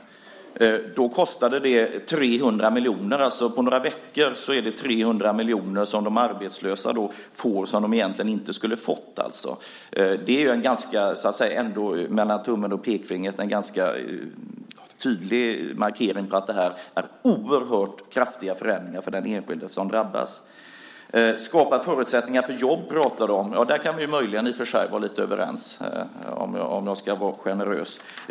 Då kostade det 300 miljoner. På några veckor får de arbetslösa 300 miljoner som de egentligen inte skulle ha fått. Det är en, mellan tummen och pekfingret, ganska tydlig markering av att det är fråga om oerhört kraftiga förändringar för den enskilde som drabbas. Annika Qarlsson pratar om att skapa förutsättningar för jobb. Där kan vi möjligen vara lite överens, om jag ska vara generös.